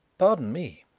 pardon me,